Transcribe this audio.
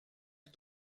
est